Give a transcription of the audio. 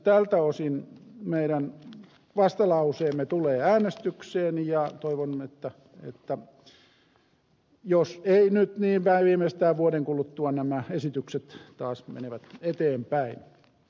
tältä osin meidän vastalauseemme tulee äänestykseen ja toivomme että jos ei nyt niin viimeistään vuoden kuluttua nämä esitykset taas menevät eteenpäin